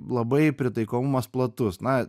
labai pritaikomumas platus na